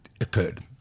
occurred